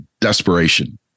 desperation